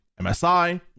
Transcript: MSI